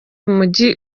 umujyi